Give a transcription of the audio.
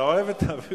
אתה אוהב את זה.